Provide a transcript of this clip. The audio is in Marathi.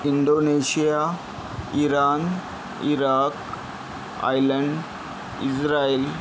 Indonesia Iran Iraq Ireland Israel